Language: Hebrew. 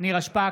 נירה שפק,